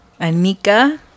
Anika